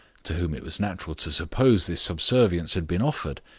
to whom it was natural to suppose this subservience had been offered.